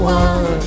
one